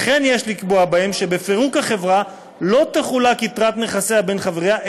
וכן יש לקבוע בהם שבפירוק החברה לא תחולק יתרת נכסיה בין חבריה,